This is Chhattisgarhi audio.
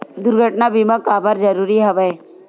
दुर्घटना बीमा काबर जरूरी हवय?